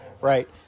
right